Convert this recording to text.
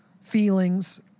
feelings